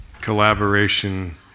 collaboration